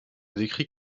décrits